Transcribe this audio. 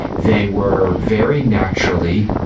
they were very naturally,